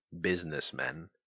businessmen